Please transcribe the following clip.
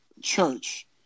church